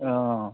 অঁ